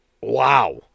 wow